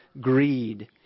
greed